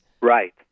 right